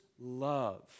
love